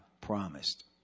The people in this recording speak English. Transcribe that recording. promised